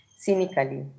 cynically